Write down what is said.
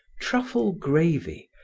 truffle gravy,